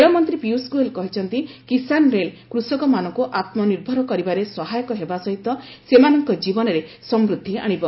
ରେଳମନ୍ତ୍ରୀ ପୀୟୁଷ ଗୋଏଲ କହିଛନ୍ତି କିଶାନ୍ ରେଲ୍ କୃଷକମାନଙ୍କୁ ଆତ୍ମନିର୍ଭର କରିବାରେ ସହାୟକ ହେବା ସହିତ ସେମାନଙ୍କ ଜୀବନରେ ସମୃଦ୍ଧି ଆଣିବ